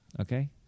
Okay